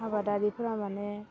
आबादारिफ्रा माने